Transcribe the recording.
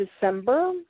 December